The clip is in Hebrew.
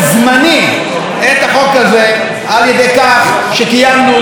את החוק הזה על ידי כך שקיימנו דיונים קדחתניים,